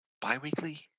Bi-weekly